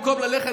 במקום ללכת,